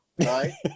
right